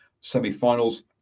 semi-finals